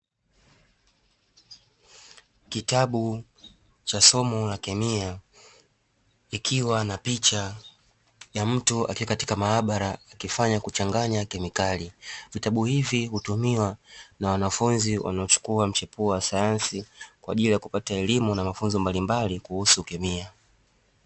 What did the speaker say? Kitabu cha somo la kemia kikiwa na picha ya mtu akiwa katika maabara akifanya kuchanganya kemikali. Vitabu hivi hutumiwa na wanafunzi wanaochukua mchepuo wa sayansi kwa ajili ya kupata elimu na mafunzo mbalimbali kuhusu kemia.